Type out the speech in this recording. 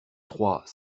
trois